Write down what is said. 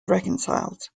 reconciled